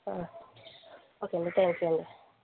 okay అండి thank you అండి